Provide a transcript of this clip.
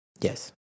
Yes